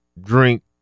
drink